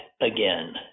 again